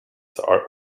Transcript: are